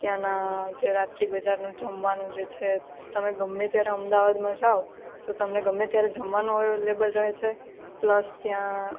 ત્યાંના જે રાત્રિ બજારનું જમવાનું જે છે તમે ગમે ત્યારે અમદાવાદમાં જાઓ તો તમને ગમે ત્યારે જમવાનું અવેલેબલ રહે છે પ્લસ ત્યાં